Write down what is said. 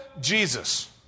Jesus